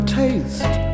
taste